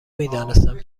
میدانستم